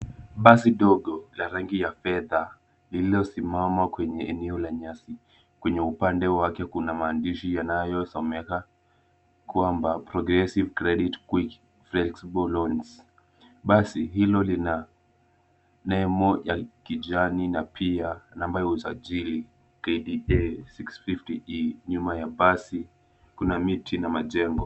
Basi dogo la rangi ya fedha lililo simama kwenye eneo la nyasi. Kwenye upande wake kuna maandishi yanayo someka kwamba progressive credit quick flexible loans . Basi hilo lina nembo ya kijani na pia namba ya usajili KDA 650 G. Nyuma ya basi kuna miti na majengo.